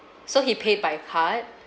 so he paid by card